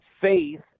faith